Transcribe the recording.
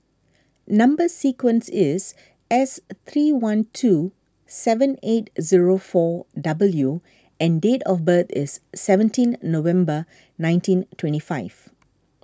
Number Sequence is S three one two seven eight zero four W and date of birth is seventeenth November nineteen twenty five